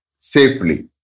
safely